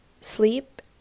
sleep